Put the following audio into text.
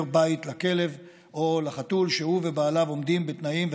בית לכלב או לחתול שהוא ובעליו עומדים בתנאים,